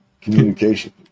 communication